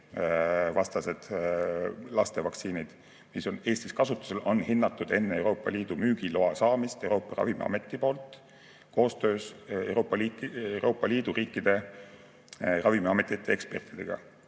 laste vaktsiinid, mis on Eestis kasutusel, on hinnatud enne Euroopa Liidu müügiloa saamist Euroopa Ravimiameti poolt koostöös Euroopa Liidu riikide ravimiametite ekspertidega.